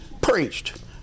Preached